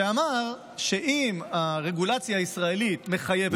שאמר שאם הרגולציה הישראלית מחייבת אותו,